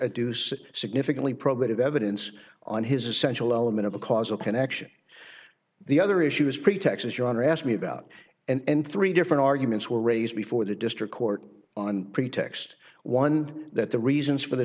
so significantly probative evidence on his essential element of a causal connection the other issue is pretext your honor asked me about and three different arguments were raised before the district court on pretext one that the reasons for the